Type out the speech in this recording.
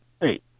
Hey